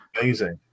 amazing